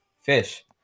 fish